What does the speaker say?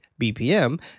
bpm